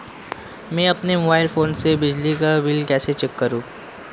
मैं अपने mobile phone से बिजली का बिल कैसे चेक करूं?